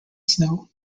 snow